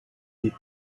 die